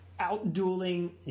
Out-dueling